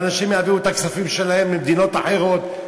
ואנשים יעבירו את הכספים שלהם למדינות אחרות.